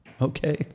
okay